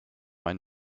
ein